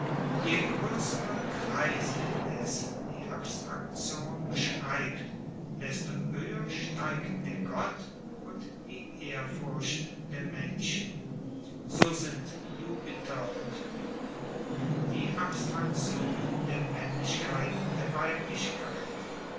je groessere kreise indes die abstraktion beschreibt desto hoeher steigt der gott und die ehrfurcht der menschen so sind jupiter und juno die abstraktionen der maennlichkeit und der weiblichkeit